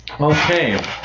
Okay